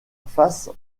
face